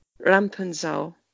Rampenzau